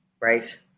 right